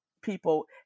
people